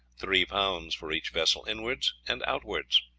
three pounds for each vessel inwards and outwards.